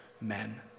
men